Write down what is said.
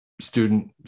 student